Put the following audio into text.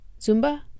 Zumba